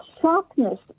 sharpness